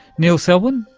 neil selwyn,